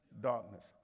darkness